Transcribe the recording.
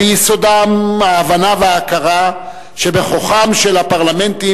ביסודם ההבנה וההכרה שבכוחם של הפרלמנטים